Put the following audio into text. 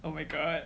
oh my god